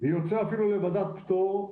ויוצא אפילו לוועדת פטור,